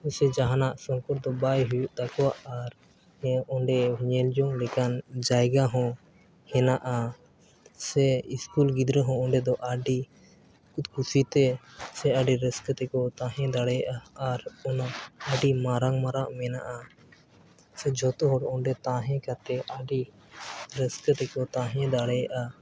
ᱥᱮ ᱡᱟᱦᱟᱱᱟᱜ ᱥᱚᱝᱠᱚᱴ ᱫᱚ ᱵᱟᱭ ᱦᱩᱭᱩᱜ ᱛᱟᱠᱚᱣᱟ ᱟᱨ ᱦᱚᱸ ᱚᱸᱰᱮ ᱧᱮᱞ ᱡᱚᱝ ᱞᱮᱠᱟᱱ ᱡᱟᱭᱜᱟ ᱦᱚᱸ ᱦᱮᱱᱟᱜᱼᱟ ᱥᱮ ᱥᱠᱩᱞ ᱜᱤᱫᱽᱨᱟᱹ ᱦᱚᱸ ᱚᱸᱰᱮ ᱫᱚ ᱟᱹᱰᱤ ᱠᱩᱥᱤᱛᱮ ᱥᱮ ᱟᱹᱰᱤ ᱨᱟᱹᱥᱠᱟᱹ ᱛᱮᱠᱚ ᱛᱟᱦᱮᱸ ᱫᱟᱲᱮᱭᱟᱜᱼᱟ ᱟᱨ ᱚᱱᱟ ᱟᱹᱰᱤ ᱢᱟᱨᱟᱝ ᱢᱟᱨᱟᱝ ᱟᱜ ᱢᱮᱱᱟᱜᱼᱟ ᱥᱮ ᱡᱚᱛᱚ ᱦᱚᱲ ᱚᱸᱰᱮ ᱛᱟᱦᱮᱸ ᱠᱟᱛᱮᱫ ᱟᱹᱰᱤ ᱨᱟᱹᱥᱠᱟᱹ ᱛᱮᱠᱚ ᱛᱟᱦᱮᱸ ᱫᱟᱲᱮᱭᱟᱜᱼᱟ